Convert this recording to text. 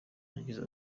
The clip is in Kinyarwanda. yagize